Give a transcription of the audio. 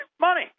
Money